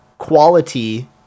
quality